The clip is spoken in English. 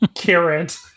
current